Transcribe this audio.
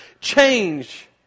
change